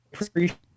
appreciate